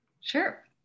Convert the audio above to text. Sure